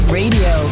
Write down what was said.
radio